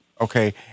okay